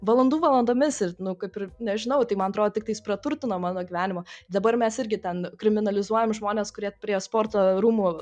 valandų valandomis ir nu kaip ir nežinau tai mantrodo tik tais praturtino mano gyvenimą dabar mes irgi ten kriminalizuojam žmones kurie prie sporto rūmų